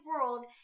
world